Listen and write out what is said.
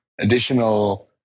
Additional